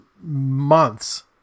months